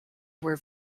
were